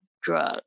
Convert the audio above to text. drug